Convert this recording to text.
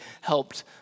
helped